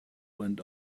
went